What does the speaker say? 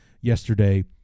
yesterday